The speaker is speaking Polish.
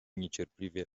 niecierpliwie